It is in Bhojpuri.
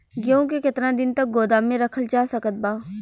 गेहूँ के केतना दिन तक गोदाम मे रखल जा सकत बा?